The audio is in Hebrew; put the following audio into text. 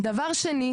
שנית,